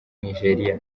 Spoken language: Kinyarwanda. nigeria